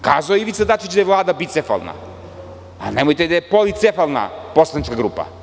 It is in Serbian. Kazao je Ivica Dačić da je Vlada bicefalna, ali nemojte da je policefalna poslanička grupa.